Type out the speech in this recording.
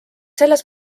selles